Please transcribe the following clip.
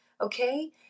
Okay